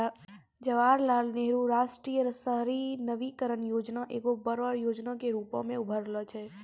जवाहरलाल नेहरू राष्ट्रीय शहरी नवीकरण योजना एगो बड़ो योजना के रुपो मे उभरलो छै